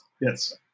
Yes